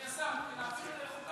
תודה רבה.